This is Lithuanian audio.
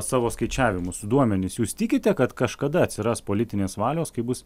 savo skaičiavimus duomenis jūs tikite kad kažkada atsiras politinės valios kai bus